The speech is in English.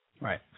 Right